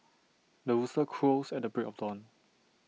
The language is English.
the rooster crows at the break of dawn